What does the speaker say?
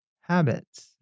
habits